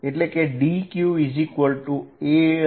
ds છે